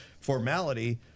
formality